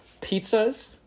pizzas